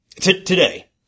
today